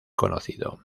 conocido